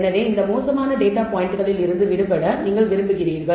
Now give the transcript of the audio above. எனவே இந்த மோசமான டேட்டா பாயிண்ட்களில் இருந்து விடுபட நீங்கள் விரும்புகிறீர்கள்